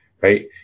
Right